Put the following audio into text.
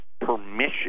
permission